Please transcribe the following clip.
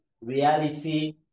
reality